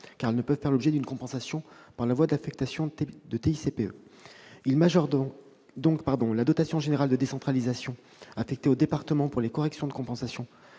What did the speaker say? car elles ne peuvent faire l'objet d'une compensation par la voie de l'affectation de TICPE. Il majore donc la dotation générale de décentralisation affectée aux départements au titre des corrections des compensations